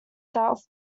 south